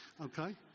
okay